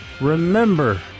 Remember